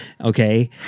Okay